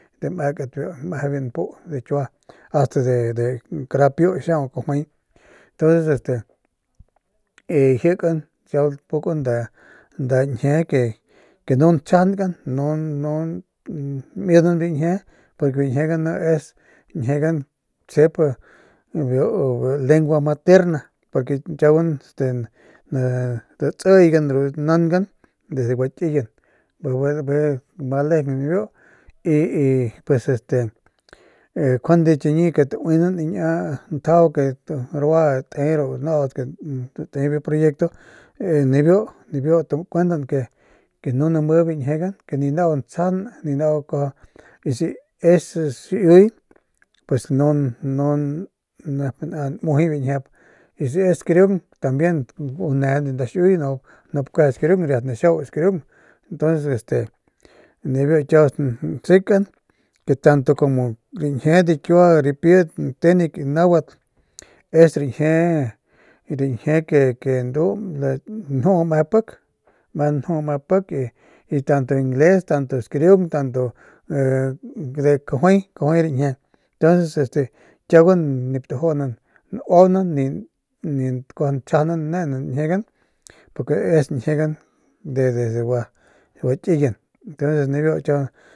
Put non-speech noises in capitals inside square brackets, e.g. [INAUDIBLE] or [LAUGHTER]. Meje biu npu de kiua ast de de piu xiaung kajuay ntuns este [HESITATION] jikan kiau pukan nda ñjie nu nchjiajankan nu maminan biu ñjie porque biu ñjiegan ni tsjep biu lengua materna porque kiauguan datsiigan ru nangan desde gua kiyen y bijiy ma lejeng nibiu y y pues este njuande chiñi que taunanan niña njajau que rua te naudat que te biu proyecto nibiu takuendan ke nu name biu ñjiegan ke ni nau ntsjajan que ninau si es xiiuy pus nun nun nep nmujuy biu ñjiepy si es xkariung tambien ne de nda xiiuy nup kueje xkariung riat naxiau xkariung ntuns nijiy biu nsekan tanto de kiua riñjie rií meje de tenek y nahuatl es rañjie ke ndu ju meje pik tanto ingles tanto xkariung tanto [HESITATION] de ru kajuay kajuay rañjientuns kiauguan nip tajuunan nuaunan chjajanan nenan biu ñjiegan porque es ñjiegan desde guakiyin entonces nibiu kiau.